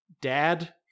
dad